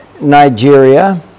Nigeria